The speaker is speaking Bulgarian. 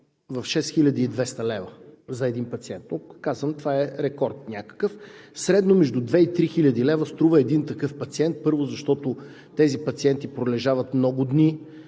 на 6200 лв. На един пациент! Но, казвам, това е рекорд някакъв. Средно между 2 и 3 хил. лв. струва един такъв пациент, първо, защото тези пациенти пролежават много дни,